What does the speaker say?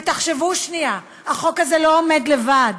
תחשבו שנייה, החוק הזה לא עומד לבד,